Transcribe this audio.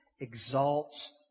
exalts